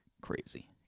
crazy